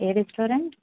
A restaurant